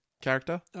character